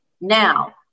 Now